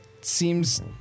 seems